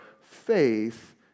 faith